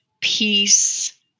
peace